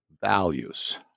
values